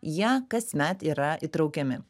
jie kasmet yra įtraukiami